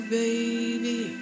baby